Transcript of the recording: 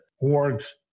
works